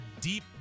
deep